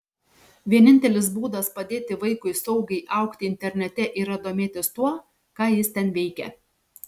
vienintelis būdas padėti vaikui saugiai augti internete yra domėtis tuo ką jis ten veikia